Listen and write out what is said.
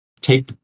Take